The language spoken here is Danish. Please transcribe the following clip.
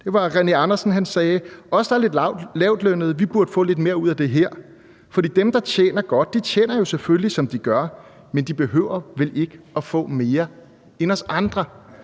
der hedder René Andersen, som sagde: Os, der er lidt lavtlønnede, burde få lidt mere ud af det her, for dem, der tjener godt, tjener selvfølgelig, som de gør, men de behøver vel ikke at få mere end os andre.